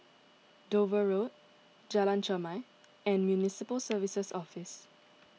Dover Road Jalan Chermai and Municipal Services Office